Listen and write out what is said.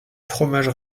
fromage